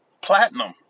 platinum